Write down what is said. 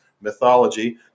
mythology